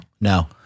No